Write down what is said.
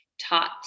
taught